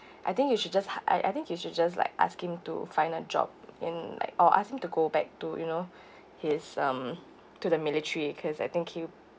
I think you should just I~ I think you should just like ask him to find a job in like or ask him to go back to you know his um to the military cause I think he